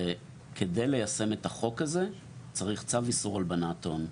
שכדי ליישם את החוק הזה, צריך צו איסור הלבנת הון.